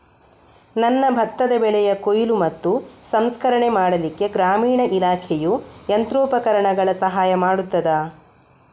ನನ್ನ ಭತ್ತದ ಬೆಳೆಯ ಕೊಯ್ಲು ಮತ್ತು ಸಂಸ್ಕರಣೆ ಮಾಡಲಿಕ್ಕೆ ಗ್ರಾಮೀಣ ಇಲಾಖೆಯು ಯಂತ್ರೋಪಕರಣಗಳ ಸಹಾಯ ಮಾಡುತ್ತದಾ?